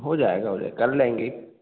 हो जाएगा हो जाएगा कर लेंगे